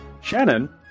Shannon